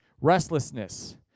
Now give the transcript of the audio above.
restlessness